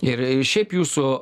ir ir šiaip jūsų